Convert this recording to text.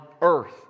earth